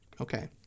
Okay